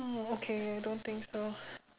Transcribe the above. oh okay I don't think so